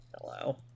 Hello